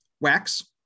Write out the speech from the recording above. wax